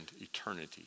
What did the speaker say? eternity